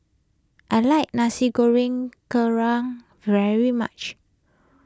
I like Nasi Goreng Kerang very much